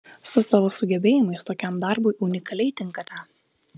su savo sugebėjimais tokiam darbui unikaliai tinkate